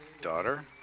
daughter